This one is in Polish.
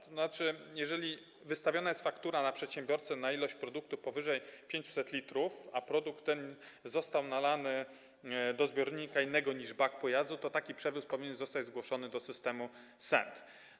To znaczy jeżeli jest wystawiona faktura na przedsiębiorcę na ilość produktu powyżej 500 l, a produkt ten został nalany do zbiornika innego niż bak pojazdu, to taki przewóz powinien zostać zgłoszony do systemu SENT.